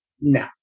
No